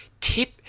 Tip